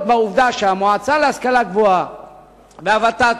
בעובדה שהמועצה להשכלה גבוהה והות"ת,